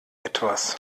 etwas